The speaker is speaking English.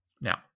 Now